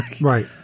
Right